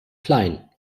klein